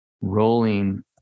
rolling